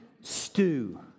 stew